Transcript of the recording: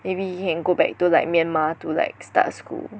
maybe he can go back to like Myanmar to like start school